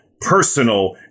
personal